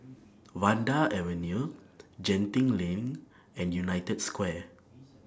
Vanda Avenue Genting LINK and United Square